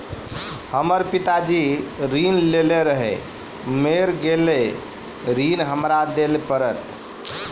हमर पिताजी ऋण लेने रहे मेर गेल ऋण हमरा देल पड़त?